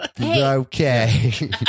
Okay